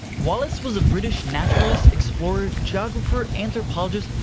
wallace was a british naturalist, explorer, geographer, anthropologist,